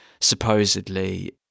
supposedly